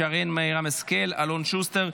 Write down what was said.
שרן מרים השכל ואלון שוסטר,